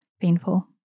painful